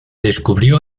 descubrió